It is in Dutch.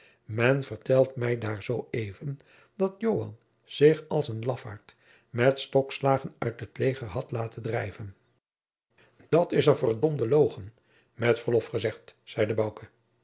men vertelt mij daar zoo even dat joan zich als een lafaart met stokslagen uit het leger had laten drijven dat is een verd de logen met verlof gezegd zeide